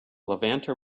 levanter